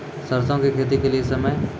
सरसों की खेती के लिए समय?